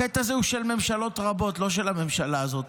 החטא הזה הוא של ממשלות רבות, לא של הממשלה הזאת,